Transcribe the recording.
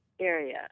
area